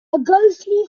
ghostly